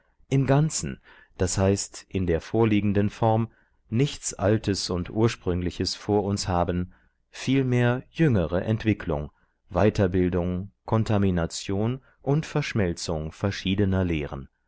im ganzen d h in der vorliegenden form nichts altes und ursprüngliches vor uns haben vielmehr jüngere entwicklung weiterbildung kontamination und verschmelzung verschiedener lehren